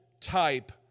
type